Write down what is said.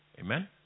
Amen